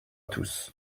tous